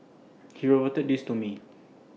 he reported this to me